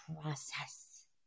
process